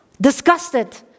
disgusted